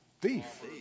thief